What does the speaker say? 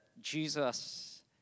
Jesus